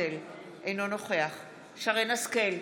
אינו נוכח שרן מרים השכל,